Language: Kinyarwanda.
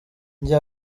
njye